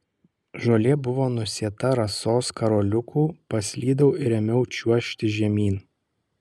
žolė buvo nusėta rasos karoliukų paslydau ir ėmiau čiuožti žemyn